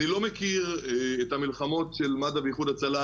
אני לא מכיר את המלחמות של מד"א באיחוד הצלה,